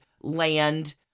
land